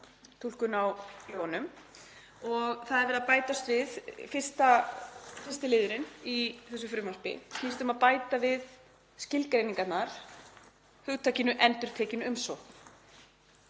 túlkun á lögunum og það er verið að bæta við, fyrsti liðurinn í þessu frumvarpi snýst um að bæta við skilgreiningarnar, hugtakinu endurtekin umsókn.